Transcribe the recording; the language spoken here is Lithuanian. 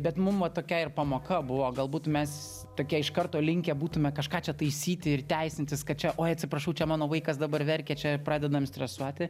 bet mum vat tokia ir pamoka buvo galbūt mes tokie iš karto linkę būtume kažką čia taisyti ir teisintis kad čia oi atsiprašau čia mano vaikas dabar verkia čia pradedam stresuoti